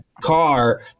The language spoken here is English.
car